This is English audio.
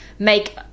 Make